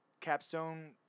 capstone